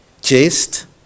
chased